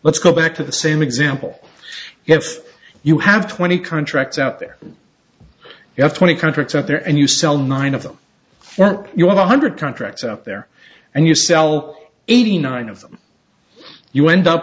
let's go back to the same example if you have twenty contracts out there you have twenty contracts out there and you sell nine of them don't you want one hundred contracts out there and you sell eighty nine of them you end up